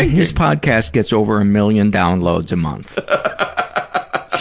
ah his podcast gets over a million downloads a month. ah